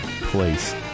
place